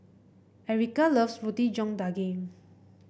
Erykah loves Roti John Daging